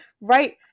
right